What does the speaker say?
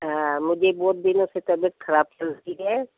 हाँ मुझे बहुत दिनों से तबियत ख़राब चल रही है